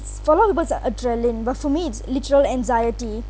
for a lot of us are adrenalin but for me it's literal anxiety